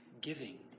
giving